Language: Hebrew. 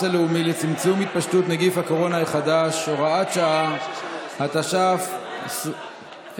הלאומי לצמצום התפשטות נגיף הקורונה החדש (הוראת שעה) התש"ף 2020,